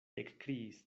ekkriis